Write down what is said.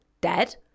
dead